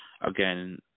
Again